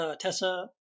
Tessa